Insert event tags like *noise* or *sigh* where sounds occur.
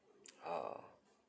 *noise* orh